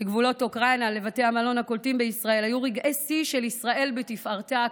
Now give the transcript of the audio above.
אוקראינה לבתי המלון הקולטים בישראל היו רגעי שיא של ישראל בתפארתה,